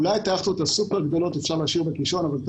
אולי את היכטות הסופר גדולות אפשר להשאיר בקישון אבל את